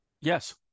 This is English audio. Yes